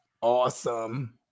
Awesome